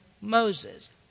Moses